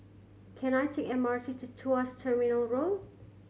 can I take M R T to Tuas Terminal Road